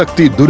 like deeds